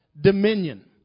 dominion